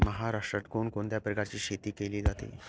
महाराष्ट्रात कोण कोणत्या प्रकारची शेती केली जाते?